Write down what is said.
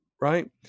Right